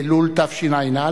באלול התשע"א,